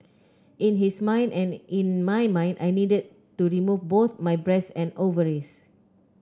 in his mind and in my mind I needed to remove both my breasts and ovaries